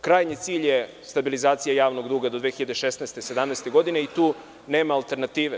Krajnji cilj je stabilizacija javnog duga do 2016, 2017. godine i tu nema alternative.